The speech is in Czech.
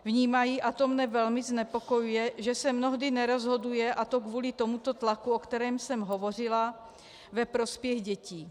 Vnímají, a to mne velmi znepokojuje, že se mnohdy nerozhoduje, a to kvůli tomuto tlaku, o kterém jsem hovořila, ve prospěch dětí.